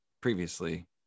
previously